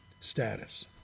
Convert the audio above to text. status